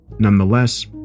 Nonetheless